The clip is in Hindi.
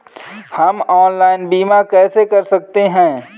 हम ऑनलाइन बीमा कैसे कर सकते हैं?